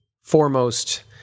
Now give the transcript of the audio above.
foremost